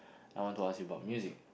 I want to ask you about music